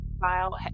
file